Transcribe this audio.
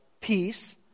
peace